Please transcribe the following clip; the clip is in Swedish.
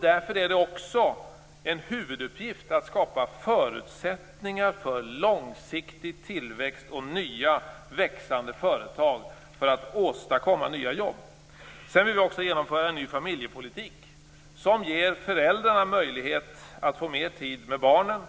Därför är det också en huvuduppgift att skapa förutsättningar för långsiktig tillväxt med nya, växande företag för att åstadkomma nya jobb. Sedan vill vi också genomföra en ny familjepolitik som ger föräldrarna möjlighet att få mer tid med barnen